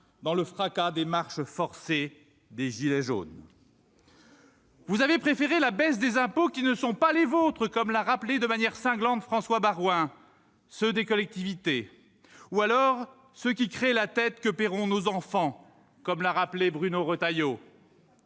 dans le fracas des marches forcées des « gilets jaunes ». Vous avez préféré baisser des impôts qui ne sont pas les vôtres, comme l'a rappelé de manière cinglante François Baroin : ceux des collectivités ou encore ceux qui créent la dette que paieront nos enfants, comme l'a souligné Bruno Retailleau.